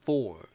Four